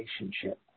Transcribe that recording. relationship